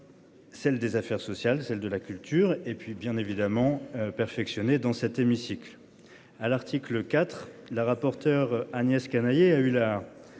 Celle des affaires sociales, celle de la culture et puis bien évidemment perfectionner dans cet hémicycle, à l'article IV la rapporteure Agnès Canayer a eu la